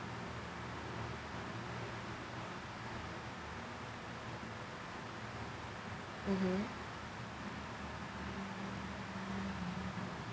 mmhmm